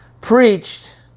preached